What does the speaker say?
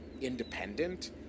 independent